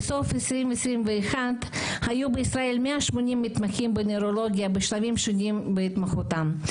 בסוף 2021 היו בישראל 180 מתמחים בנוירולוגיה בשלבים שונים בהתמחותם.